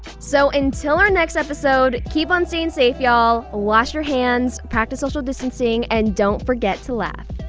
so until our next episode, keep on staying safe y'all. ah wash your hands, practice social distancing and don't forget to laugh.